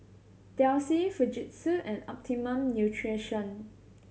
Delsey Fujitsu and Optimum Nutrition